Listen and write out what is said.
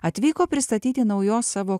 atvyko pristatyti naujos savo